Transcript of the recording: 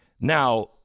Now